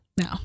No